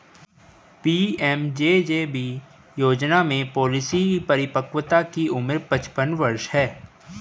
PMJJB योजना में policy परिपक्वता की उम्र पचपन वर्ष है